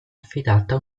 affidata